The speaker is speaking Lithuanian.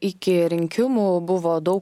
iki rinkimų buvo daug